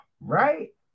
right